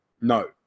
no